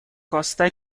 коста